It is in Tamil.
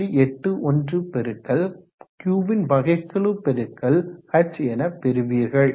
81 பெருக்கல் Qன்வகைக்கெழு பெருக்கல் h என பெறுவீர்கள்